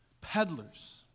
peddlers